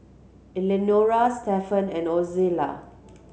Eleanora Stefan and Ozella